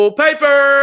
paper